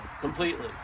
completely